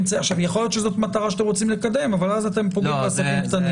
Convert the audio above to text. יכול להיות שזאת מטרה שאתם רוצים לקדם אבל אז אתם פוגעים בעסקים קטנים.